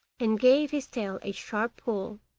and gave his tail a sharp pull.